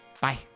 Bye